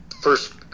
first